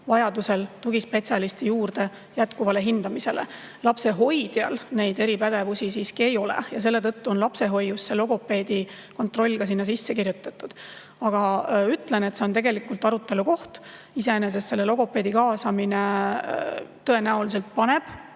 vajaduse korral tugispetsialisti juurde jätkuvale hindamisele. Lapsehoidjal neid eripädevusi siiski ei ole ja selle tõttu on lapsehoius logopeedi kontroll ka sinna sisse kirjutatud. Aga ütlen, et see on arutelu koht. Iseenesest logopeedi kaasamine tõenäoliselt